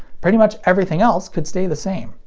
pretty much everything else could stay the same.